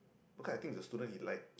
because I think it was a student he like